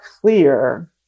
clear